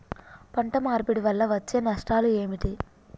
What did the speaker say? పంట మార్పిడి వల్ల వచ్చే నష్టాలు ఏమిటి?